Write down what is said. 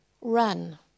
Run